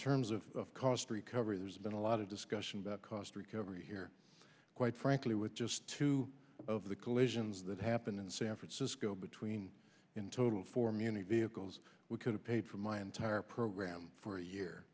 terms of cost recovery there's been a lot of discussion about cost recovery here quite frankly with just two of the collisions that happened in san francisco between in total for muni vehicles we could have paid for my entire program for a year